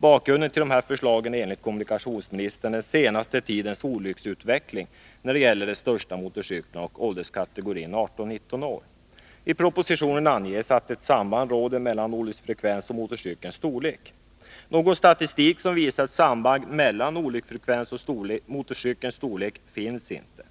Bakgrunden till dessa förslag är enligt kommunikationsministern den senaste tidens olycksutveckling när det gäller de största motorcyklarna och ålderskategorin 18-19 år. I propositionen anges att ett samband råder mellan olycksfrekvens och motorcykelns storlek. Någon statistik som visar ett samband mellan olycksfrekvens och motorcykelns storlek finns inte.